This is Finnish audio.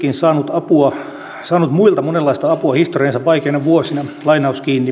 on itsekin saanut muilta monenlaista apua historiansa vaikeina vuosina